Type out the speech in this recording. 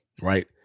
right